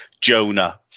Jonah